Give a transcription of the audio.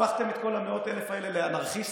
הפכתם את כל המאות אלפים האלה לאנרכיסטים,